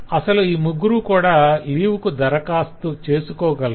అసలు ఈ ముగ్గురూ కూడా లీవ్ కు దరఖాస్తు 'apply for leave' చేసుకోగలరు